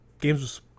games